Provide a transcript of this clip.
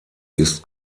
ist